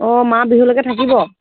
অঁ মা বিহুলৈকে থাকিব